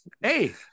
hey